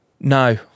No